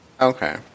Okay